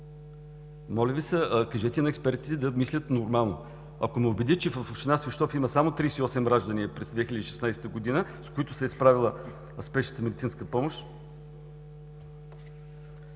Моля Ви, кажете на експертите да мислят нормално. Ако ме убедите, че в община Свищов има само 38 раждания през 2016 г., с които се е справила спешната медицинска помощ…